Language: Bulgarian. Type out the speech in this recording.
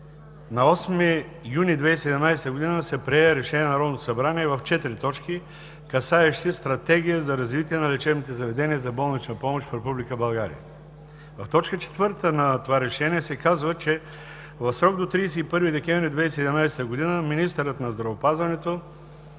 на 8 юни 2017 г. се прие решение на Народното събрание в четири точки, касаещи Стратегия за развитие на лечебните заведения за болнична помощ в Република България. В т. 4 на това решение се казва, че в срок до 31 декември 2017 г. министърът на здравеопазването